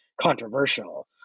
controversial